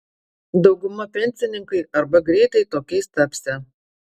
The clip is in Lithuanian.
dauguma pensininkai arba greitai tokiais tapsią